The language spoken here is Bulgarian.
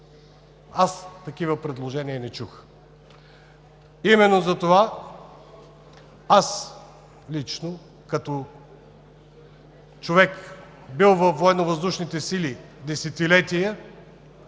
Аз такива предложения не чух. Именно затова, аз лично, като човек бил десетилетия